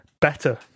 better